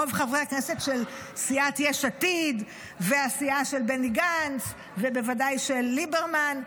רוב חברי הכנסת של סיעת יש עתיד והסיעה של בני גנץ ובוודאי של ליברמן,